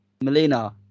Melina